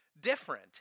different